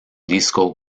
disco